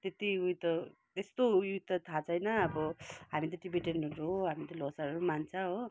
त्यति उयो त त्यस्तो उयो त थाहा छैन अब हामी त टिबेटनहरू हो हामी त ल्होसारहरू मान्छ हो